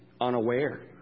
unaware